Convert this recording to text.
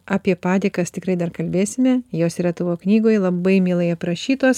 apie padėkas tikrai dar kalbėsime jos yra tavo knygoj labai mielai aprašytos